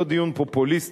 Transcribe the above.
לא דיון פופוליסטי,